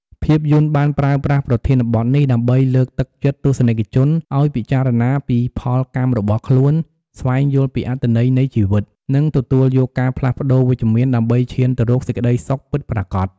ភាពយន្តបានប្រើប្រាស់ប្រធានបទនេះដើម្បីលើកទឹកចិត្តទស្សនិកជនឱ្យពិចារណាពីផលកម្មរបស់ខ្លួន ស្វែងយល់ពីអត្ថន័យនៃជីវិត និងទទួលយកការផ្លាស់ប្ដូរវិជ្ជមានដើម្បីឈានទៅរកសេចក្តីសុខពិតប្រាកដ។